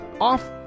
off